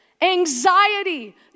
anxiety